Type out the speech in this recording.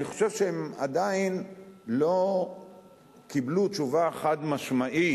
אני חושב שהן עדיין לא קיבלו תשובה חד-משמעית,